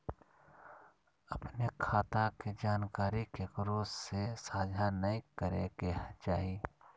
अपने खता के जानकारी केकरो से साझा नयय करे के चाही